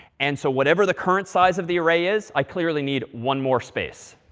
and so whatever the current size of the array is, i clearly need one more space.